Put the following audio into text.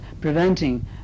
preventing